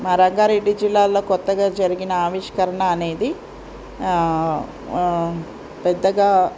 మా రంగారెడ్డి జిల్లాలో కొత్తగా జరిగిన ఆవిష్కరణ అనేది పెద్దగా